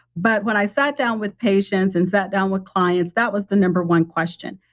but when i sat down with patients and sat down with clients, that was the number one question.